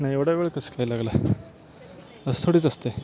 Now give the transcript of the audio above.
नाही एवढा वेळ कसं काय लागला असं थोडीच असतं